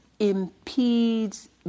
impedes